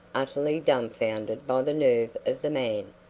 utterly dumfounded by the nerve of the man.